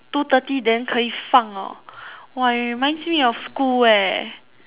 two thirty then 可以放 hor !wah! it reminds me of school leh